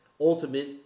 Ultimate